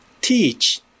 teach